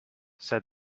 said